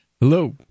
Hello